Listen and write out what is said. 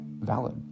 valid